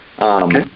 Okay